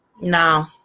No